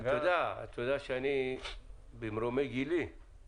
כאשר ספק גז מחליף היום ספק גז אחר הוא נדרש לעשות בדיקה למערכת.